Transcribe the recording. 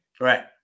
right